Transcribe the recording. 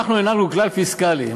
אנחנו הנהגנו כלל פיסקלי.